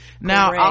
now